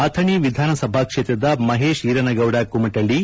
ಅಥಣಿ ವಿಧಾನ ಸಭಾ ಕ್ಷೇತ್ರದ ಮಹೇಶ್ ಈರನಗೌಡ ಕುಮಟಳ್ಳಿ